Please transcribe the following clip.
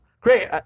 Great